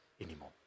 anymore